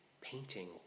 painting